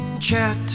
chat